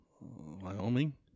Wyoming